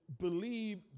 believe